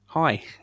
Hi